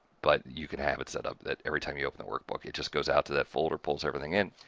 but, you could have it setup that every time you open that workbook, it just goes out to that folder, pulls everything in,